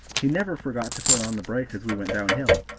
he never forgot to put on the brake as we went downhill,